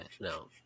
no